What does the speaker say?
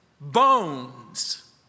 bones